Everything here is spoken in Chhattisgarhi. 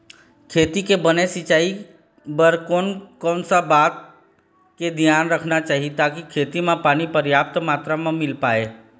खेती के बने सिचाई बर कोन कौन सा बात के धियान रखना चाही ताकि खेती मा पानी पर्याप्त मात्रा मा मिल पाए?